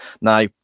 Now